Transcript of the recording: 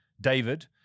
David